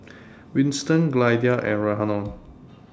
Winston Glynda and Rhiannon